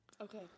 Okay